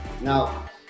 Now